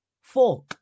Four